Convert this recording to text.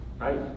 Right